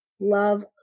love